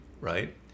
right